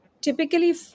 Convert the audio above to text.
Typically